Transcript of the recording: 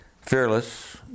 fearless